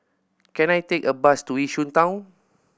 can I take a bus to Yishun Town